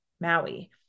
Maui